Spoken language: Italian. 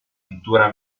pittura